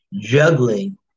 juggling